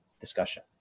discussion